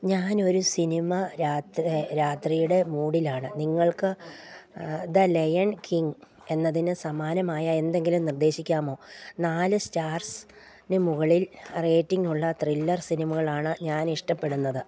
ഞാൻ ഒരു സിനിമാ രാത്രി രാത്രിയുടെ മൂഡിലാണ് നിങ്ങൾക്ക് ദ ലയൺ കിംഗ് എന്നതിന് സമാനമായ എന്തെങ്കിലും നിർദ്ദേശിക്കാമോ നാല് സ്റ്റാർസ്ന് മുകളിൽ റേറ്റിംഗ് ഉള്ള ത്രില്ലർ സിനിമകളാണ് ഞാൻ ഇഷ്ടപ്പെടുന്നത്